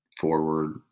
forward